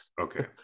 Okay